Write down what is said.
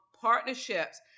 partnerships